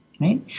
right